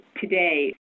today